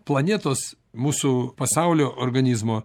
planetos mūsų pasaulio organizmo